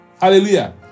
Hallelujah